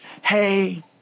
hey